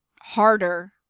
harder